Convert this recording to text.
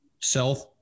Self